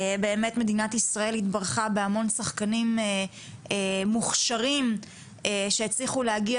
באמת מדינת ישראל התברכה בהמון שחקנים מוכשרים שהצליחו להגיע